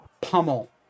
pummel